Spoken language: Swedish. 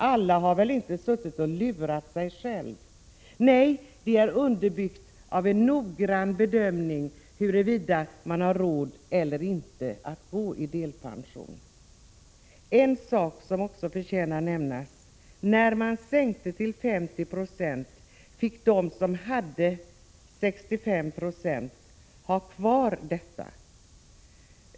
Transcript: Alla har väl inte suttit och lurat sig själva. Nej, beslutet att tacka nej bygger på en noggrann bedömning av huruvida man har råd eller inte att gå i delpension. En sak som också förtjänar nämnas är att när man sänkte till 50 96 fick de som hade 65 96 behålla den pensionen.